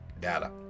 data